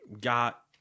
got